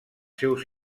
seus